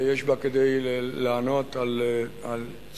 שיש בה כדי לענות על צרכים